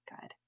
Good